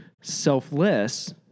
selfless